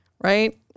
Right